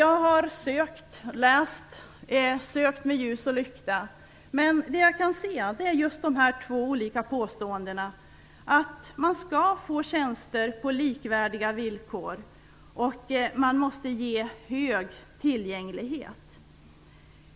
Jag har läst, jag har sökt med ljus och lykta, men det jag kan se är just de här två olika påståendena, att man skall få tjänster på likvärdiga villkor och att det måste ges hög tillgänglighet.